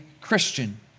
Christian